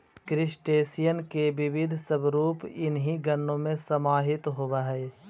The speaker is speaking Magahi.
क्रस्टेशियन के विविध स्वरूप इन्हीं गणों में समाहित होवअ हई